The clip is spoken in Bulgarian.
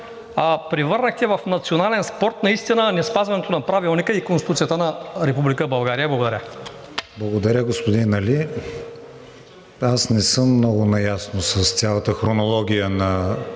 Аз не съм много наясно с цялата хронология на